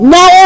Now